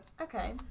Okay